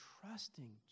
trusting